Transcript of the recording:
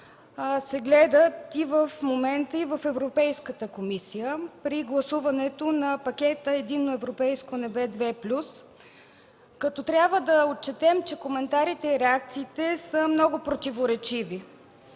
се гледат и в момента, и в Европейската комисия при гласуването на Пакета „Единно европейско небе ІІ плюс”. Трябва да отчетем, че коментарите и реакциите са много противоречиви.